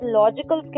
logical